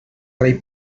rei